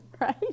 right